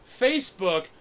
Facebook